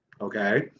Okay